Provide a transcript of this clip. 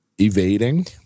Evading